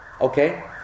Okay